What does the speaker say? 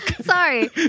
Sorry